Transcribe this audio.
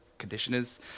conditioners